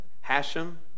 Hashem